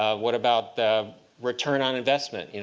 what about the return on investment? you know